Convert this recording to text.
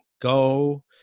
go